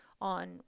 on